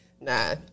Nah